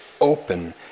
open